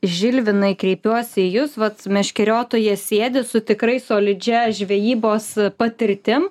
žilvinai kreipiuosi į jus vat meškeriotojas sėdi su tikrai solidžia žvejybos patirtim